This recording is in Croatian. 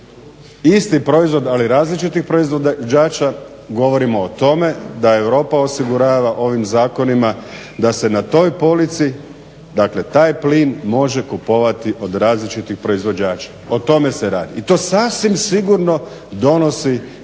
isti proizvod ali različitih proizvođača, govorimo o tome da Europa osigurava ovim zakonima da se na toj polici dakle taj plin može kupovati od različitih proizvođača, o tome se radi. I to sasvim sigurno donosi do